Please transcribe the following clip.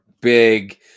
big